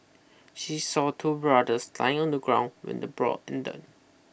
she saw two brothers lying on the ground when the brawl ended